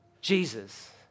Jesus